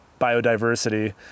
biodiversity